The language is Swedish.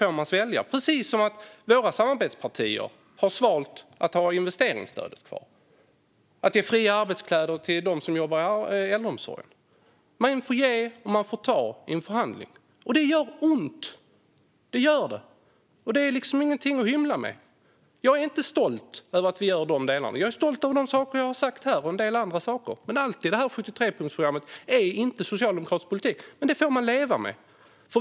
Det är precis som våra samarbetspartier har svalt att ha investeringsstödet kvar och att ge fria arbetskläder till dem som jobbar i äldreomsorgen. Man får ge och ta i en förhandling. Det gör ont, och det är ingenting att hymla med. Jag är inte stolt över de delarna, men jag är stolt över det jag har tagit upp här och en del andra saker. Allt i 73-punktsprogrammet är inte socialdemokratisk politik, men det får man leva med.